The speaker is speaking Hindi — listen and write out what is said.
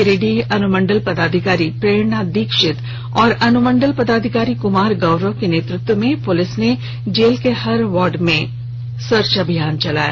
गिरिडीह अनुमंडल पदाधिकारी प्रेरणा दीक्षित और अनुमंडल पुलिस पदाधिकारी कुमार गौरव के नेतृत्व में प्लिस ने जेल के हर वार्ड में सर्च अभियान चलाया